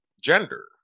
gender